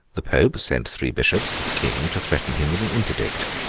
the pope sent three bishops to the king, to threaten him with an interdict.